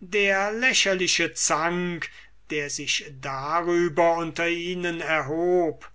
der lächerliche zank der sich darüber unter ihnen erhub